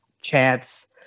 chance